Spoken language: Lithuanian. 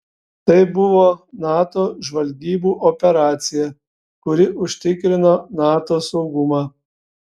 tai buvo nato žvalgybų operacija kuri užtikrino nato saugumą